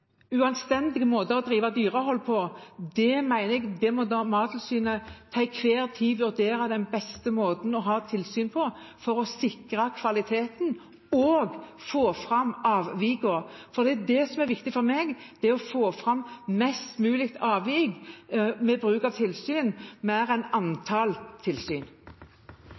uanstendige måter å drive dyrehold på. Mattilsynet må til enhver tid vurdere den beste måten å ha tilsyn på for å sikre kvaliteten og få fram avvikene. Det som er viktig for meg, er å få fram flest mulige avvik ved bruk av tilsyn, mer enn antall tilsyn.